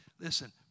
Listen